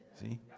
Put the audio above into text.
See